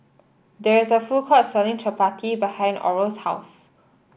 There is a food court selling Chappati behind Oral's house